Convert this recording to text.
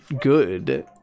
good